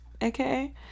aka